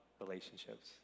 relationships